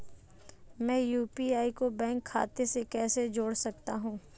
मैं यू.पी.आई को बैंक खाते से कैसे जोड़ सकता हूँ?